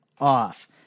off